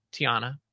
Tiana